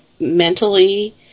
mentally